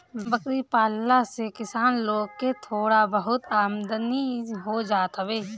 बकरी पालला से किसान लोग के थोड़ा बहुत आमदनी हो जात हवे